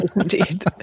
Indeed